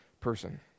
person